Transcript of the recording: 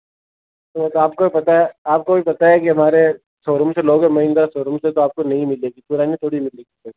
वह तो आपको भी पता है आपको भी पता है कि हमारे शोरूम से लोगे तो महिन्द्रा शोरूम से तो आपको नई मिलेगी पुरानी थोड़ी मिलेगी